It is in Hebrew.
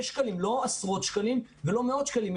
שקלים לא עשרות שקלים ולא מאות שקלים,